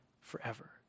forever